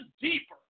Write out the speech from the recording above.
deeper